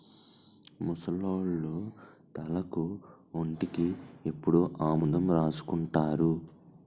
ముసలోళ్లు తలకు ఒంటికి ఎప్పుడు ఆముదమే రాసుకుంటారు